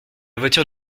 voiture